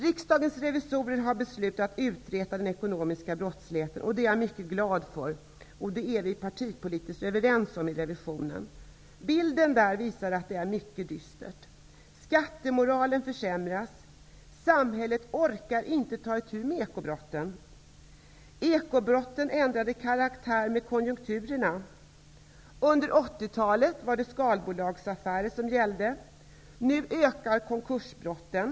Riksdagens revisorer har beslutat att utreda den ekonomiska brottsligheten. Jag är mycket glad för det. Vi är partipolitiskt överens om detta hos riksdagens revisorer. Bilden är mycket dyster. Skattemoralen försämras. Samhället orkar inte ta itu med ekobrotten. Ekobrotten ändrar karaktär med konjunkturen. Under 80-talet var det skalbolagsaffärer som gällde. Nu ökar konkursbrotten.